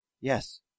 Yes